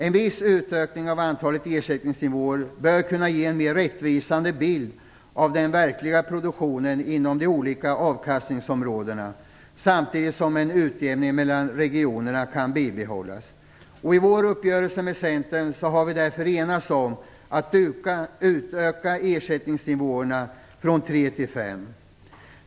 En viss utökning av antalet ersättningsnivåer bör kunna ge en mer rättvisande bild av den verkliga produktionen inom de olika avkastningsområdena, samtidigt som en utjämning mellan regionerna kan bibehållas. I vår uppgörelse med Centern har vi därför enats om att utöka antalet ersättningsnivåer från tre till fem.